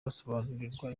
basobanurirwa